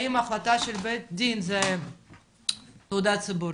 האם החלטה של בית דין זה תעודה ציבורית.